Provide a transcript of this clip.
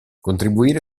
contribuire